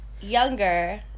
younger